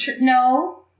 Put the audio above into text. No